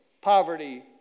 poverty